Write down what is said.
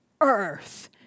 earth